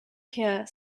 here